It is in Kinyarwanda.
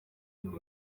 gusa